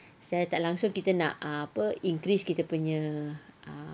secara tak langsung kita nak ah apa increase kita punya ah